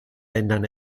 ländern